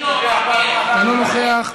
אינה נוכחת,